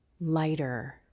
lighter